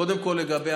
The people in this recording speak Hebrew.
קודם כול,